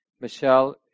Michelle